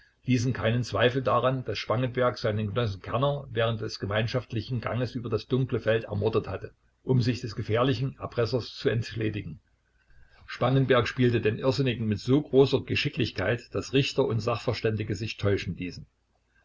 ließen keinen zweifel daran daß spangenberg seinen genossen kerner während des gemeinschaftlichen ganges über das dunkle feld ermordet hatte um sich des gefährlichen erpressers zu entledigen spangenberg spielte den irrsinnigen mit so großer geschicklichkeit daß richter und sachverständige sich täuschen ließen